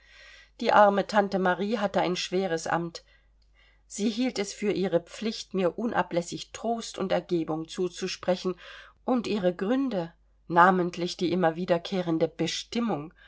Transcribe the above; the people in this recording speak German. die arme tante marie hatte ein schweres amt sie hielt es für ihre pflicht mir unablässig trost und ergebung zuzusprechen und ihre gründe namentlich die immer wiederkehrende bestimmung